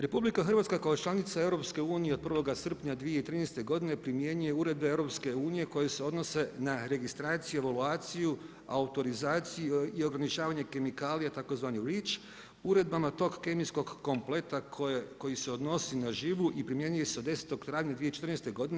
RH kao članica EU-a od 01. srpnja 2013. godine primjenjuje uredbe EU-a koje se odnose na registraciju, evaluaciju, autorizaciju, i ograničavanje kemikalija tzv. Reach uredbama tog kemijskog kompleta koji se odnosi na živu i primjenjuje se od 10. travnja 2014. godine.